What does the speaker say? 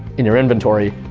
in your inventory.